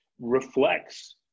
reflects